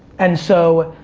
and so,